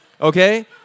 okay